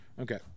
Okay